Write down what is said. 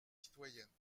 citoyennes